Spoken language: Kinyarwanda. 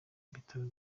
bitaro